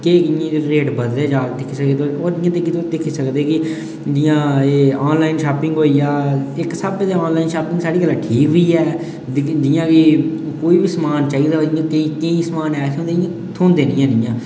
के इ'यां रेट बधदे जा दे होर दिक्खी सकदे ओ तुस कि जि'यां एह् आनलाइन शापिंग होई आ इस स्हाबै आनलाइन शापिंग साढ़ी ठीक बी ऐ जि'यां कि कोई बी समान चाहिदा होऐ ते केईं समान ऐसे होंदे नीं थ्होंदे निं हैन इ'यां